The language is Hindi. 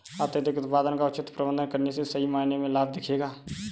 अत्यधिक उत्पादन का उचित प्रबंधन करने से सही मायने में लाभ दिखेगा